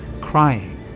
crying